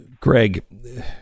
Greg